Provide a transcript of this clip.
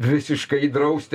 visiškai drausti